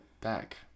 back